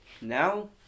now